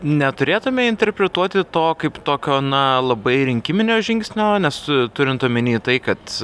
neturėtume interpretuoti to kaip tokio na labai rinkiminio žingsnio nes turint omeny tai kad